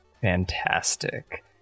fantastic